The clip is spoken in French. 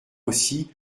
aussi